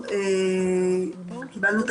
אם יש כרגע איזה שהם חסמים בות"ת בתקציב הרגיל,